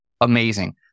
amazing